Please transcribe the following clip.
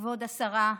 כבוד השרה,